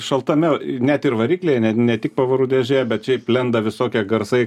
šaltame net ir variklyje ne tik pavarų dėžėje bet šiaip lenda visokie garsai